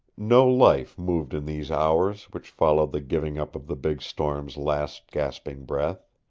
no life moved in these hours which followed the giving up of the big storm's last gasping breath.